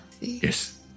Yes